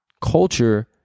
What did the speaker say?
culture